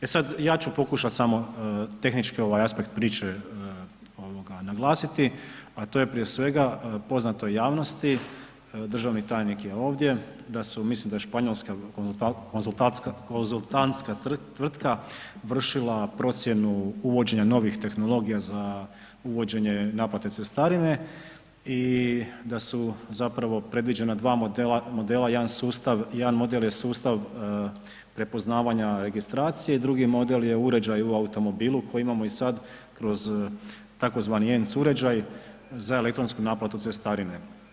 E sad ja ću pokušat samo tehnički ovaj aspekt priče ovoga naglasiti, a to je prije svega poznato i javnosti, državni tajnik je ovdje, da su, mislim da je španjolska konzultantska tvrtka vršila procjenu uvođenja novih tehnologija za uvođenje naplate cestarine i da su zapravo predviđena dva modela, jedan sustav, jedan model je sustav prepoznavanja registracije i drugi model je uređaj u automobilu koji imamo i sad kroz tzv. ENC uređaj za elektronsku naplatu cestarine.